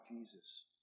Jesus